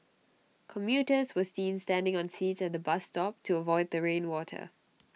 commuters were seen standing on seats at the bus stop to avoid the rain water